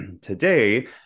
Today